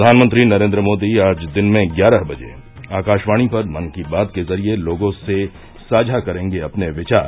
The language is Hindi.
प्रधानमंत्री नरेन्द्र मोदी आज दिन में ग्यारह बजे आकाशवाणी पर मन की बात के ज़रिये लोगों से साझा करेंगे अपने विचार